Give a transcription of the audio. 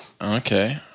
Okay